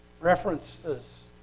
references